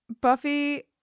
Buffy